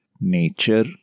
nature